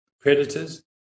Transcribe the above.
predators